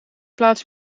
plaats